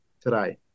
today